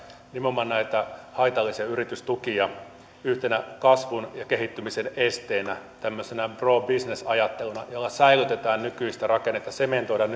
nimenomaan näitä haitallisia yritystukia yhtenä kasvun ja kehittymisen esteenä tämmöisenä pro business ajatteluna jolla säilytetään nykyistä rakennetta sementoidaan